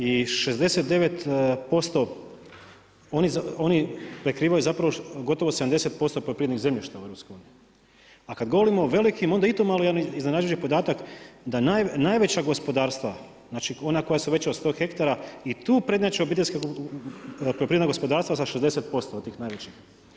I 69% oni prekrivaju zapravo gotovo 70% poljoprivrednih zemljišta u EU, a kad govorimo o velikim onda i tu malo iznenađuje podatak da najveća gospodarstva, znači ona koja su veća od sto hektara i tu prednjače obiteljska poljoprivredna gospodarstva sa 60% od tih najvećih.